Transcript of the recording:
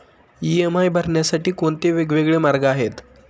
EMI भरण्यासाठी कोणते वेगवेगळे मार्ग आहेत?